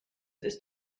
ist